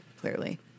clearly